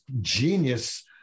genius